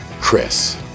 chris